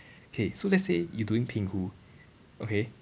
okay so let's say you doing pinghu okay